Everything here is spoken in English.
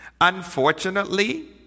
unfortunately